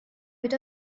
bit